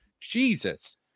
jesus